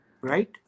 Right